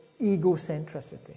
egocentricity